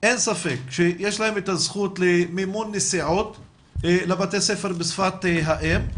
אין ספק שיש להם את הזכות למימון נסיעות לבתי ספר בשפת האם,